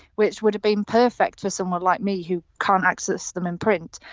which would have been perfect for someone like me who can't access them in print.